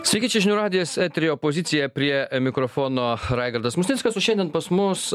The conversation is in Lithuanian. sveiki čia žinių radijas etery opozicija prie mikrofono raigardas musnickas o šiandien pas mus